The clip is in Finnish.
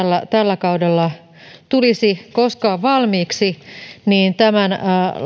tällä kaudella tulisi koskaan valmiiksi niin tämän